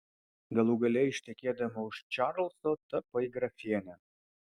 galų gale ištekėdama už čarlzo tapai grafiene